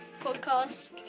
podcast